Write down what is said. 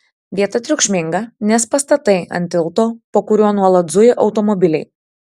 vieta triukšminga nes pastatai ant tilto po kuriuo nuolat zuja automobiliai